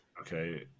Okay